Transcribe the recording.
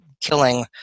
killing